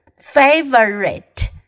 favorite